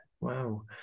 wow